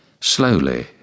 slowly